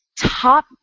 top